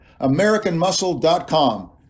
AmericanMuscle.com